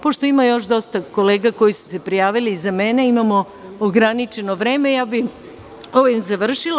Pošto ima još dosta kolega koji su se prijavili iza mene, imam ograničeno vreme, ovim bih završila.